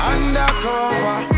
Undercover